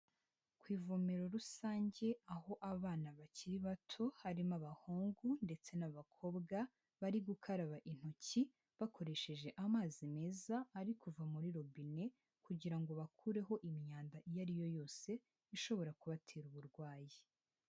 Ku ivomero rusange aho abana bakiri bato harimo abahungu ndetse n'abakobwa bari gukaraba intoki, bakoresheje amazi meza ari kuva muri robine kugira ngo bakureho imyanda iyo ariyo yose ishobora kubatera uburwayi.